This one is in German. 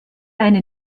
eine